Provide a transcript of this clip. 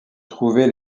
trouver